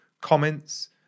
comments